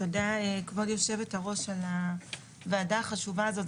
תודה כבוד יושבת הראש על קיום הדיון החשוב הזה.